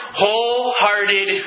wholehearted